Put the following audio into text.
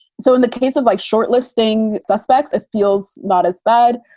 so in the case of, like shortlisting suspects, it feels not as bad.